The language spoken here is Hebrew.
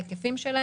אבל